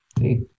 hey